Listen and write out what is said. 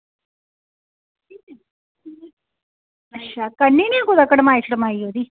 अच्छा करनी नेईं कुदै कड़माई शड़माई ओहदी